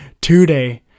today